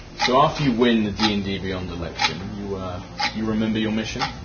so after you win the d and d beyond election, you ah you remember your